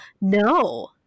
No